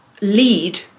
lead